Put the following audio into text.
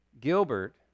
Gilbert